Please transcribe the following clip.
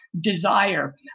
desire